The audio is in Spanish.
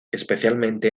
especialmente